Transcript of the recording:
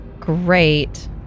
Great